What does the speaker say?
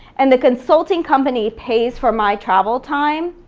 and the consulting company pays for my travel time,